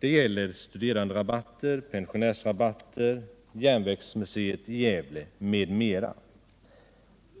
Det gäller studeranderabatter, pensionärsrabatter, järnvägsmuseet i Gävle m.m.